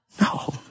No